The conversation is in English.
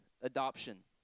Adoption